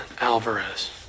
Alvarez